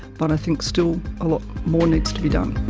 but i think still a lot more needs to be done.